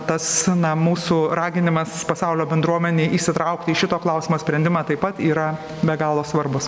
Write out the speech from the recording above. tas na mūsų raginimas pasaulio bendruomenei įsitraukti į šito klausimo sprendimą taip pat yra be galo svarbus